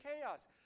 chaos